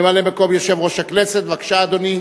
ממלא-מקום יושב-ראש הכנסת, בבקשה, אדוני.